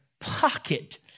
pocket